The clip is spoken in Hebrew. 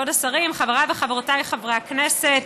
כבוד השרים, חבריי וחברותיי חברי הכנסת,